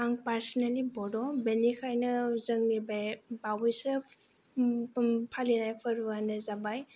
आं पारसनालि बड बिनिखाइनो जोंनि बे बावयैसै फालिनाय फोरबोयानो जाबाय